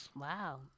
Wow